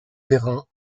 perrin